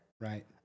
Right